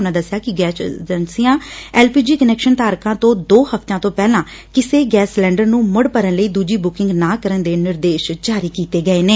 ਉਨੂਾਂ ਦੱਸਿਆ ਕਿ ਗੈਸ ਏਜੰਸੀਆਂ ਨੂੰ ਐਲਪੀਜੀ ਕਨੈਕਸ਼ਨ ਧਾਰਕਾਂ ਤੋਂ ਦੋ ਹਫਤਿਆਂ ਤੋਂ ਪਹਿਲਾਂ ਕਿਸੇ ਗੈਸ ਸਿਲੰਡਰ ਨੂੰ ਮੁੜ ਭਰਨ ਲਈ ਦੂਜੀ ਬੁਕਿੰਗ ਨਾ ਕਰਨ ਦੇ ਨਿਰਦੇਸ਼ ਜਾਰੀ ਕੀਤੇ ਗਏ ਨੇ